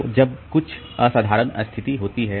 तो जब कुछ असाधारण स्थिति होती है